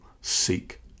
seek